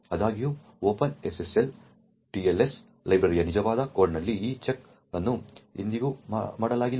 ಆದಾಗ್ಯೂ open SSL TLS ಲೈಬ್ರರಿಯ ನಿಜವಾದ ಕೋಡ್ನಲ್ಲಿ ಈ ಚೆಕ್ ಅನ್ನು ಎಂದಿಗೂ ಮಾಡಲಾಗಿಲ್ಲ